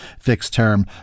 fixed-term